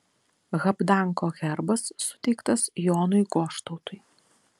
habdanko herbas suteiktas jonui goštautui